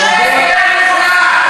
מספיק עם הבלוף הזה.